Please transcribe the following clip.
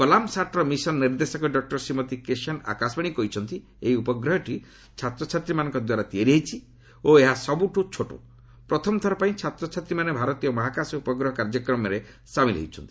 କଲାମ୍ ସାଟ୍ର ମିଶନ ନିର୍ଦ୍ଦେଶକ ଡକୁର ଶ୍ରୀମତୀ କେସାନ୍ ଆକାଶବାଣୀକୁ କହିଛନ୍ତି ଯେ ଏହି ଉପଗ୍ରହଟି ଛାତ୍ରଛାତ୍ରୀମାନଙ୍କ ଦ୍ୱାରା ତିଆରି ହୋଇଛି ଓ ଏହା ସବୁଠୁ ଛୋଟା ପ୍ରଥମଥର ପାଇଁ ଛାତ୍ରଛାତ୍ରୀମାନେ ଭାରତୀୟ ମହାକାଶ ଉପଗ୍ରହ କାର୍ଯ୍ୟକ୍ରମରେ ସାମିଲ ହୋଇଛନ୍ତି